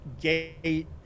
gate